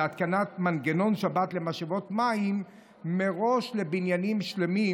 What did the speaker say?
להתקנת מנגנון שבת למשאבות מים מראש לבניינים שלמים.